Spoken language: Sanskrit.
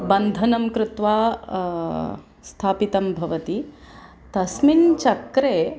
बन्धनं कृत्वा स्थापितं भवति तस्मिन् चक्रे